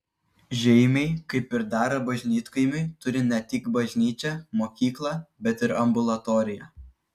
žeimiai kaip ir dera bažnytkaimiui turi ne tik bažnyčią mokyklą bet ir ambulatoriją